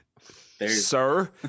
Sir